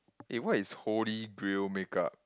eh what is holy grail makeup